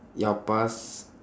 your past